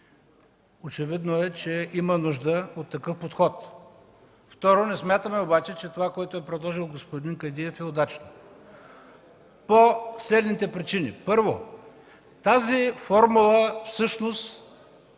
Очевидно е, че има нужда от такъв подход. Второ, не смятаме че това, което е предложил господин Кадиев, е удачно, по следните причини. Първо, тази формула всъщност